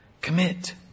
commit